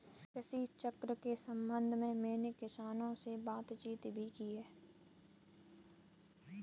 कृषि चक्र के संबंध में मैंने किसानों से बातचीत भी की है